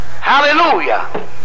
hallelujah